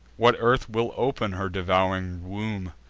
what earth will open her devouring womb,